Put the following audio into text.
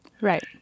Right